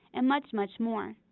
and much, much, more!